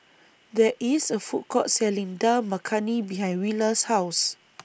There IS A Food Court Selling Dal Makhani behind Willa's House